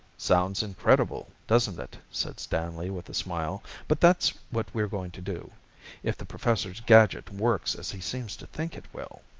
sounds incredible, doesn't it, said stanley with a smile. but that's what we're going to do if the professor's gadget works as he seems to think it will.